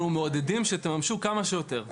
אנחנו מעודדים שתממשו אותם כמה שיותר.